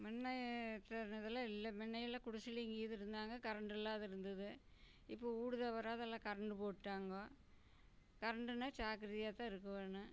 மின்னத்தேனதெல்லாம் இல்லை முன்னையெல்லாம் குடிசைலையும் கீது இருந்தாங்க கரெண்ட்டு இல்லாது இருந்துது இப்போ வீடு தவறாது எல்லாம் கரெண்டு போட்டுடாங்கோ கரெண்ட்டுன்னால் ஜாக்கிரதையாகத்தான் இருக்க வேணும்